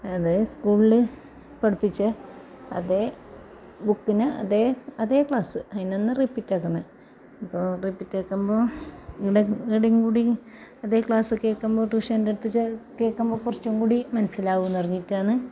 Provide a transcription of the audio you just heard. അത് സ്കൂളിൽ പഠിപ്പിച്ച അതേ ബുക്കിന് അതേ അതേ ക്ലാസ് അയിനാന്നാ റിപ്പീറ്റക്കുന്നത് അപ്പോൾ റിപ്പീറ്റാക്കുമ്പോൾ ഇവിടെ ഇവിടേയും കുടി അതേ ക്ലാസ് കേൾക്കുമ്പോൾ ട്യൂഷൻ്റെ അടുത്ത് കേൾക്കുമ്പോൾ കുറച്ചും കൂടി മനസ്സിലാകും എന്ന് പറഞ്ഞിട്ടാണ്